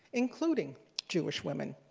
including jewish women.